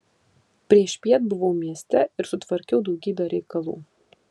priešpiet buvau mieste ir sutvarkiau daugybę reikalų